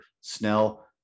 Snell